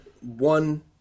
one